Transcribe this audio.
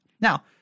Now